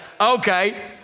Okay